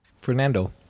Fernando